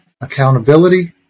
Accountability